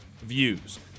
views